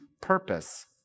purpose